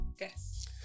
yes